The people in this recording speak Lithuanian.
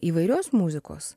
įvairios muzikos